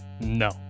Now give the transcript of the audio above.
No